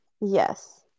Yes